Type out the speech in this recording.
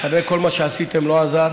אחרי כל מה שעשיתם ולא עזר,